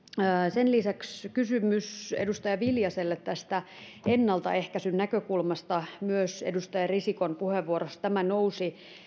sen lisäksi oli kysymys edustaja viljasella tästä ennaltaehkäisyn näkökulmasta myös edustaja risikon puheenvuorossa tämä nousi